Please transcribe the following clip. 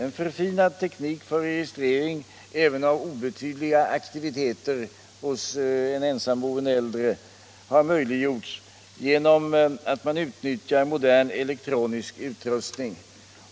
En förfinad teknik för registrering även av obetydliga aktiviteter hos en ensamboende äldre har möjliggjorts genom att man utnyttjar modern elektronisk utrustning.